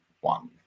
one